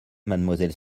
mademoiselle